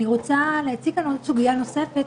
אני רוצה להציג כאן עוד סוגיה נוספת,